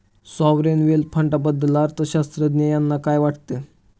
Sovereign wealth फंडाबद्दल अर्थअर्थशास्त्रज्ञ यांना काय वाटतं?